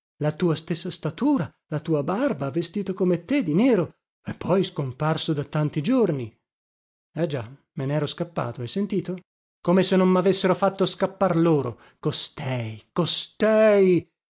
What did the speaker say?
la tua stessa statura la tua barba vestito come te di nero e poi scomparso da tanti giorni e già me nero scappato hai sentito come se non mavessero fatto scappar loro costei costei